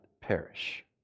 perish